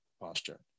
posture